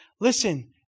Listen